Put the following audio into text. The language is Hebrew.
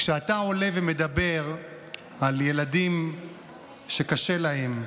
כשאתה עולה ומדבר על ילדים שקשה להם,